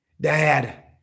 Dad